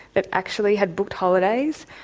that actually had booked holidays,